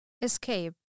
escape